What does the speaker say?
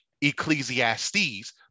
ecclesiastes